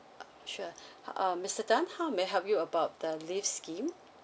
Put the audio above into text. uh sure uh um mister tan how may I help you about the leave scheme